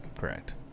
Correct